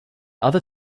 other